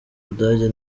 budage